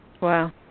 Wow